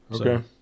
Okay